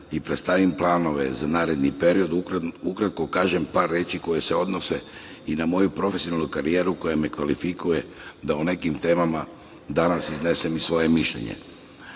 i predstavim planove za naredni period, da ukratko kažem par reči koje se odnose i na moju profesionalnu karijeru koja me kvalifikuje da o nekim temama danas iznesem i svoje mišljenje.